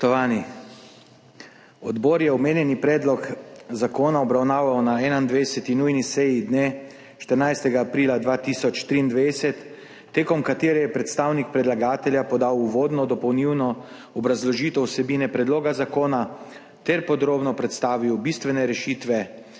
Spoštovani! Odbor je omenjeni predlog zakona obravnaval na 21. nujni seji dne 14. aprila 2023, na kateri je predstavnik predlagatelja podal uvodno dopolnilno obrazložitev vsebine predloga zakona ter podrobno predstavil bistvene rešitve,